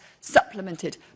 supplemented